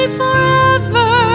forever